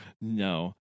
No